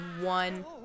one